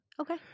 Okay